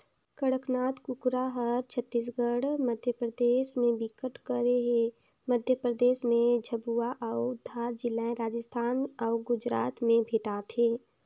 कड़कनाथ कुकरा हर छत्तीसगढ़, मध्यपरदेस में बिकट कर हे, मध्य परदेस में झाबुआ अउ धार जिलाए राजस्थान अउ गुजरात में भेंटाथे